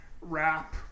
rap